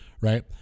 right